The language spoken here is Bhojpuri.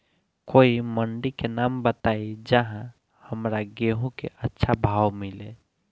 कोई मंडी के नाम बताई जहां हमरा गेहूं के अच्छा भाव मिले?